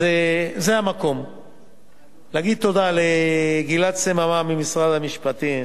אז זה המקום להגיד תודה לגלעד סממה ממשרד המשפטים.